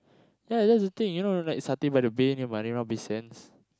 ya that's the thing you know know like satay by the bay near Marina-Bay-Sands